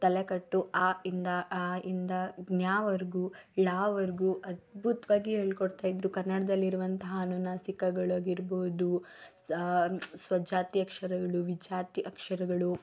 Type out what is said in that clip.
ತಲೆಕಟ್ಟು ಅ ಯಿಂದ ಆ ಯಿಂದ ಜ್ಞ ವರೆಗೂ ಳ ವರೆಗೂ ಅದ್ಭುತವಾಗಿ ಹೇಳ್ಕೊಡ್ತಾ ಇದ್ದರು ಕನ್ನಡದಲ್ಲಿರುವಂಥ ಅನುನಾಸಿಕಗಳಾಗಿರ್ಬೋದು ಸ ಸಜಾತಿ ಅಕ್ಷರಗಳು ವಿಜಾತಿ ಅಕ್ಷರಗಳು